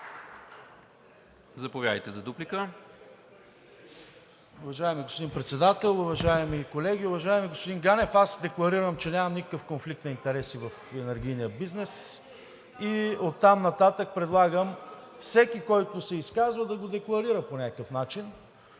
Заповядайте за дуплика.